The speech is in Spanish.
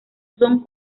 son